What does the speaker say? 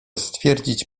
stwierdzić